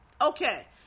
okay